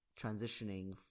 transitioning